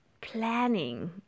planning